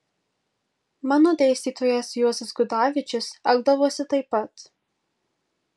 mano dėstytojas juozas gudavičius elgdavosi taip pat